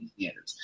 standards